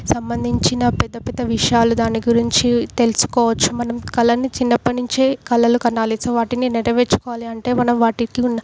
సంబంధించిన పెద్ద పెద్ద విషయాలు దాని గురించి తెలుసుకోవచ్చు మనం కళని చిన్నప్పటి నుంచే కలలు కనాలి సో వాటిని నెరవేర్చుకోవాలి అంటే మనం వాటికి ఉన్న